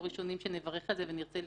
הראשונים שנברך על זה ונרצה לקדם.